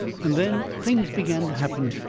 and then things began to happen.